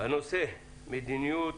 בנושא מדיניות